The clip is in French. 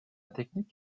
technique